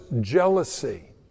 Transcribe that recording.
jealousy